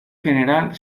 general